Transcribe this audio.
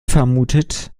vermutet